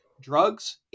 Drugs